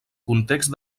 context